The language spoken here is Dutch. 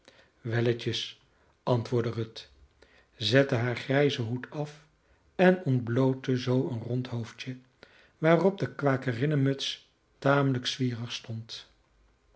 welletjes antwoordde ruth zette haar grijzen hoed af en ontblootte zoo een rond hoofdje waarop de kwakerinnenmuts tamelijk zwierig stond